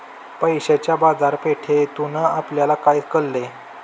पैशाच्या बाजारपेठेतून आपल्याला काय कळले?